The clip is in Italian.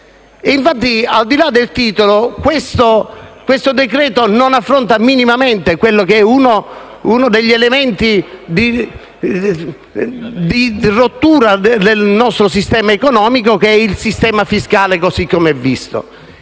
fiscale. Al di là del titolo, il provvedimento in esame non affronta minimamente uno degli elementi di rottura del nostro sistema economico, che è il sistema fiscale, così com'è visto.